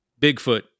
Bigfoot